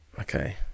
okay